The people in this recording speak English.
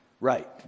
Right